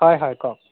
হয় হয় কওক